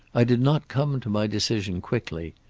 i did not come to my decision quickly.